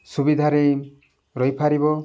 ସୁବିଧାରେ ରହିପାରିବ